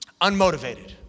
unmotivated